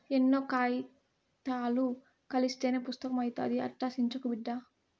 ఎన్నో కాయితాలు కలస్తేనే పుస్తకం అయితాది, అట్టా సించకు బిడ్డా